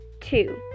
two